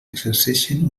exerceixen